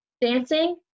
dancing